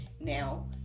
now